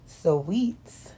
Sweets